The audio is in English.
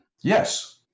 Yes